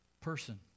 person